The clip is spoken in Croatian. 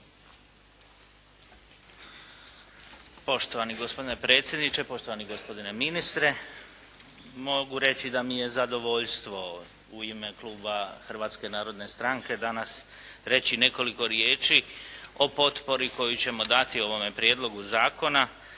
Poštovani gospodine predsjedniče, poštovani gospodine ministre! Mogu reći da mi je zadovoljstvo u ime kluba Hrvatske narodne stranke danas reći nekoliko riječi o potpori koju ćemo dati ovome prijedlogu zakona,